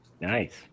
Nice